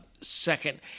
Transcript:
second